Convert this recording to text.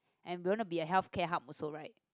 and we want to be a healthcare hub also right